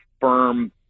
firm